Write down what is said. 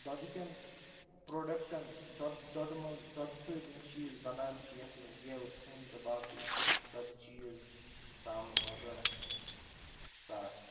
دۄدٕکٮ۪ن production دۄدٕ منٛز دۄدٕ سۭتۍ یِم چیٖز بَنان چھِ یَتھ منٛز گٮ۪و تھٔنۍ تہٕ باقٕے دۄدٕ چیٖز ژامَن وَغٲرَہ چھِ سرس